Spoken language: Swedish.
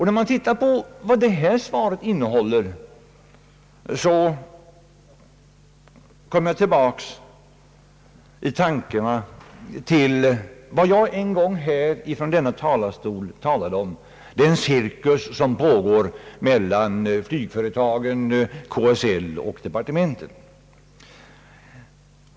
När jag tittar på vad det här svaret innehåller kommer jag i tankarna tillbaka till vad jag en gång från denna talarstol yttrade om den cirkus som pågår mellan flygföretagen, KSL och departementet.